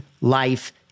life